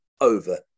over